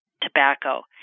tobacco